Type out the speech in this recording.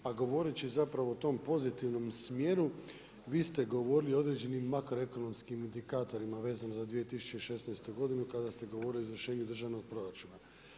A govoreći zapravo o tom pozitivnom smjeru, vi ste govorili o određenim makroekonomskim indikatorima vezanim za 2016. godinu kada ste govorilo o izvršenju državnog proračuna.